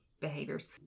behaviors